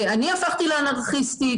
אני הפכתי לאנרכיסטית,